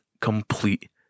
complete